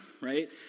right